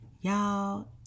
Y'all